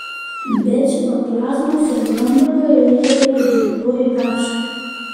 be citoplazmos ir branduolio joje yra dilgioji kapsulė